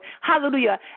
Hallelujah